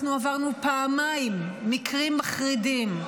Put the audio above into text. אנחנו עברנו פעמיים מקרים מחרידים: